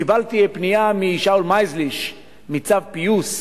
קיבלתי פנייה משאול מייזליש מ"צו פיוס"